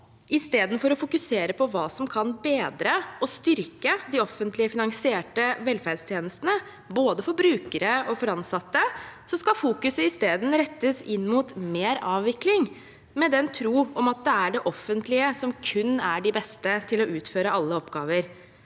istedenfor å fokusere på hva som kan bedre og styrke de offentlig finansierte velferdstjenestene. Både for brukere og for ansatte skal man i stedet fokusere på mer avvikling, i den tro at det kun er det offentlige som er de beste til å utføre alle oppgaver.